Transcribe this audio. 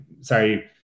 sorry